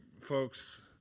folks